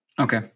Okay